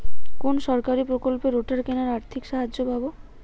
কোন সরকারী প্রকল্পে রোটার কেনার আর্থিক সাহায্য পাব?